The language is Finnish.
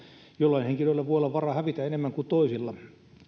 jollain henkilöllä voi olla varaa hävitä enemmän kuin toisilla